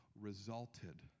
resulted